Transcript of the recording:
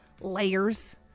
layers